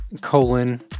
colon